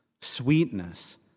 sweetness